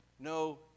No